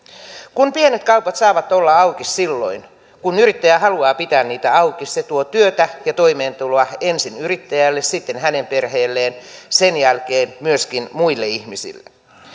kun pienet kaupat saavat olla auki silloin kun yrittäjä haluaa pitää niitä auki se tuo työtä ja toimeentuloa ensin yrittäjälle sitten hänen perheelleen sen jälkeen myöskin muille ihmisille